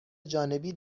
جانبی